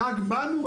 "רק באנו",